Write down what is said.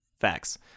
Facts